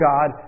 God